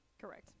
Correct